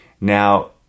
Now